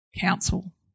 council